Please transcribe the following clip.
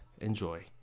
Enjoy